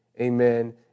Amen